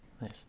Nice